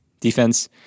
defense